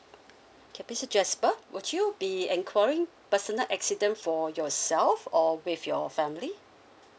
okay mister jasper would you be enquiring personal accident for yourself or with your family